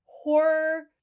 Horror